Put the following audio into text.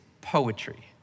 poetry